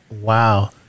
Wow